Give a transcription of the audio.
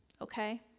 okay